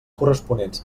corresponents